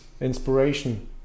inspiration